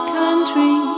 country